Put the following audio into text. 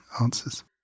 answers